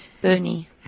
Bernie